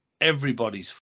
everybody's